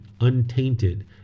untainted